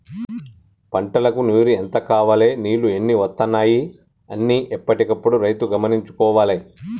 పంటలకు నీరు ఎంత కావాలె నీళ్లు ఎన్ని వత్తనాయి అన్ని ఎప్పటికప్పుడు రైతు గమనించుకోవాలె